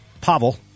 Pavel